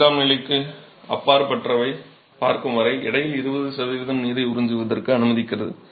5 ஆம் நிலைக்கு அப்பாற்பட்டவற்றைப் பார்க்கும் வரை எடையில் 20 சதவிகிதம் நீரை உறிஞ்சுவதற்கு அனுமதிக்கிறது